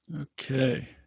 Okay